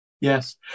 yes